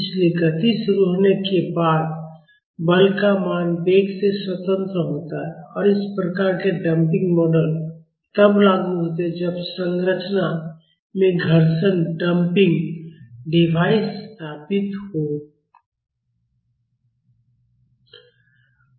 इसलिए गति शुरू होने के बाद बल का मान वेग से स्वतंत्र होता है और इस प्रकार के डंपिंग मॉडल तब लागू होते हैं जब संरचना में घर्षण डंपिंग डिवाइस स्थापित होते हैं